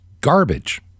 garbage